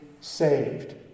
saved